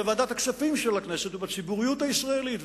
בוועדת הכספים של הכנסת ובציבוריות הישראלית,